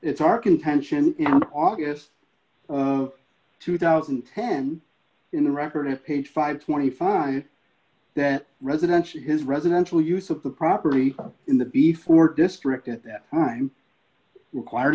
it's our contention in august of two thousand and ten in the record of page five hundred and twenty five that residential his residential use of the property in the before district at that time require